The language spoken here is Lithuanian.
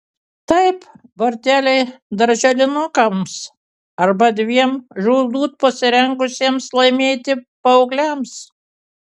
taip borteliai darželinukams arba dviem žūtbūt pasirengusiems laimėti paaugliams